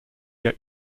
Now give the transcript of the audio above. der